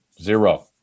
zero